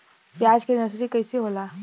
प्याज के नर्सरी कइसे होला?